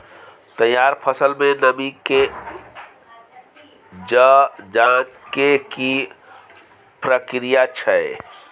तैयार फसल में नमी के ज जॉंच के की प्रक्रिया छै?